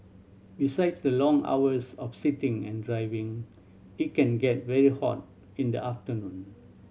besides the long hours of sitting and driving it can get very hot in the afternoon